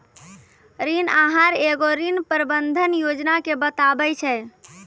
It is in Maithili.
ऋण आहार एगो ऋण प्रबंधन योजना के बताबै छै